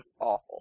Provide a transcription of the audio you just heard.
Awful